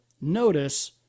notice